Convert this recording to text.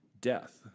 death